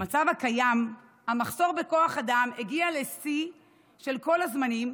במצב הקיים המחסור בכוח אדם הגיע לשיא של כל הזמנים,